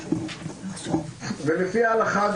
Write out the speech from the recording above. לפי ההלכה,